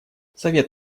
совет